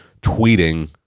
tweeting